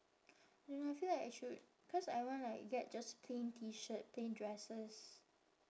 don't know I feel like I should cause I want like get just plain T shirt plain dresses